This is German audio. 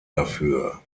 dafür